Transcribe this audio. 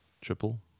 Triple